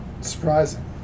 surprising